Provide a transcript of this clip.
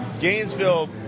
Gainesville